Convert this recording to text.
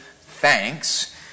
thanks